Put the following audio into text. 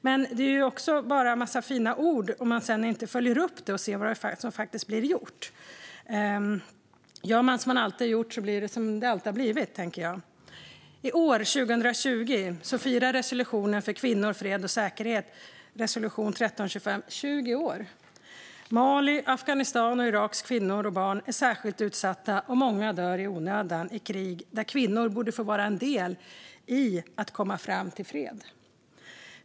Men det är ju bara en massa fina ord om man inte sedan följer upp det och ser vad som faktiskt blir gjort. Gör man som man alltid gjort blir det som det alltid har blivit, tänker jag. I år, 2020, firar resolution 1325 för kvinnor, fred och säkerhet 20 år. Malis, Afghanistans och Iraks kvinnor och barn är särskilt utsatta. Många dör i onödan i krig, där kvinnor borde få vara en del i att komma fram till fred.